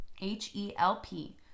H-E-L-P